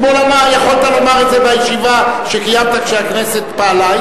אתמול יכולת לומר את זה בישיבה שקיימת כשהכנסת פעלה.